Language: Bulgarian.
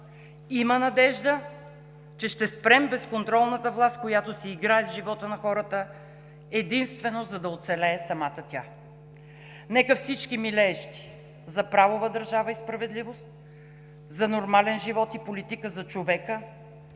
има надежда, че ще спрем безконтролната власт, която си играе с живота на хората, единствено за да оцелее самата тя. Нека всички, милеещи за правова държава и справедливост, за нормален живот и политика за човека,